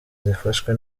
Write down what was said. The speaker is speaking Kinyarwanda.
zifashwe